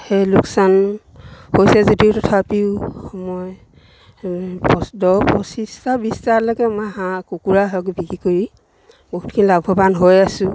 সেই লোকচান হৈছে যদিও তথাপিও মই দহ পঁচিছটা বিছটালৈকে মই হাঁহ কুকুৰা হওক বিক্ৰী কৰি বহুতখিনি লাভৱান হৈ আছো